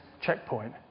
checkpoint